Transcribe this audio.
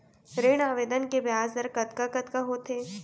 ऋण आवेदन के ब्याज दर कतका कतका होथे?